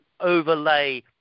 overlay